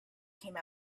came